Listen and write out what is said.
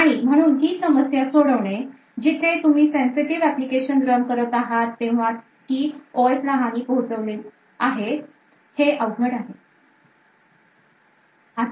आणि म्हणून ही समस्या सोडवणे जिथे तुम्ही sensitive एप्लीकेशन रन करत आहात तेव्हा की os ला हानी पोचलेली आहे हे अवघड आहे